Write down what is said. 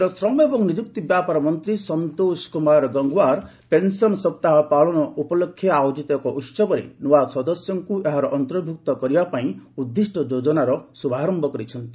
କେନ୍ଦ୍ର ଶ୍ରମ ଓ ନିଯୁକ୍ତି ବ୍ୟାପାର ମନ୍ତ୍ରୀ ସନ୍ତୋଷ କ୍ରମାର ଗଙ୍ଗ୍ୱାର୍ ପେନ୍ସନ୍ ସପ୍ତାହ ପାଳନ ଉପଲକ୍ଷେ ଆୟୋଜିତ ଏକ ଉତ୍ସବରେ ନୂଆ ସଦସ୍ୟଙ୍କୁ ଏହାର ଅନ୍ତର୍ଭୁକ୍ତ କରିବାପାଇଁ ଉଦ୍ଦିଷ୍ଟ ଯୋଜନାର ଶୁଭାରମ୍ଭ କରିଛନ୍ତି